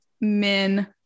men